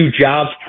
jobs